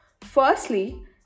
firstly